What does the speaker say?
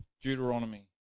Deuteronomy